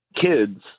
kids